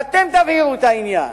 ואתם תביאו את העניין,